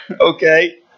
okay